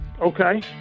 okay